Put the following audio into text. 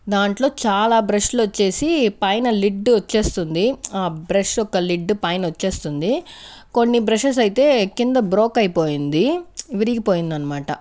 దాంట్లో చాలా బ్రష్లు వచ్చేసి పైన లిడ్ వచ్చేస్తుంది ఆ బ్రష్ యొక్క లిడ్ పైన వచ్చేస్తుంది కొన్ని బ్రషెస్ అయితే కింద బ్రేక్ అయిపోయింది విరిగిపోయింది అనమాట